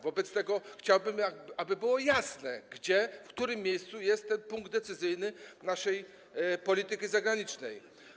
Wobec tego chciałbym, aby było jasne, gdzie, w którym miejscu jest ten punkt decyzyjny naszej polityki zagranicznej.